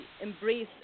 embrace